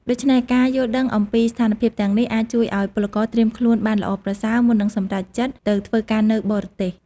ដូច្មេះការយល់ដឹងអំពីស្ថានភាពទាំងនេះអាចជួយឱ្យពលករត្រៀមខ្លួនបានល្អប្រសើរ មុននឹងសម្រេចចិត្តទៅធ្វើការនៅបរទេស ។